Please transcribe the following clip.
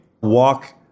walk